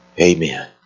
Amen